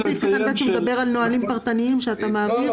שמדברת על נהלים פרטניים שאתה מעביר?